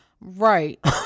Right